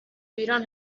ایران